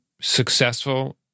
successful